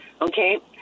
Okay